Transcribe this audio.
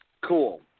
Cool